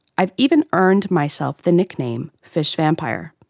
i've even earned myself the nickname, fish vampire.